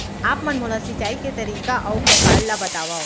आप मन मोला सिंचाई के तरीका अऊ प्रकार ल बतावव?